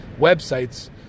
websites